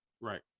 Right